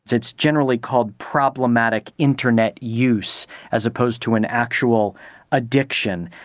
it's it's generally called problematic internet use as opposed to an actual addiction.